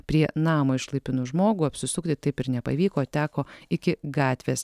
prie namo išlaipinus žmogų apsisukti taip ir nepavyko teko iki gatvės